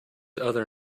other